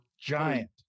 giant